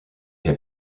had